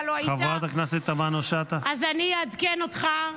אתה לא היית, אז אעדכן אותך.